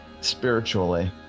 spiritually